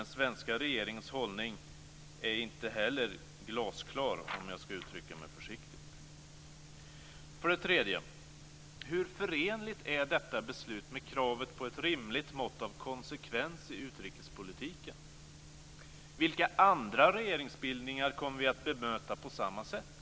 Den svenska regeringens hållning är inte heller glasklar, om jag ska uttrycka mig försiktigt. För det tredje: Hur förenligt är detta beslut med kravet på ett rimligt mått av konsekvens i utrikespolitiken? Vilka andra regeringsbildningar kommer vi att bemöta på samma sätt?